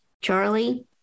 Charlie